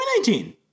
2019